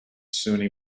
sunni